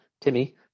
Timmy